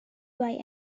why